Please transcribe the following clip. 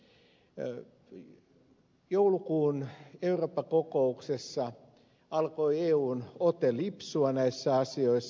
joulukuun eurooppa kokouksessa alkoi eun ote lipsua näissä asioissa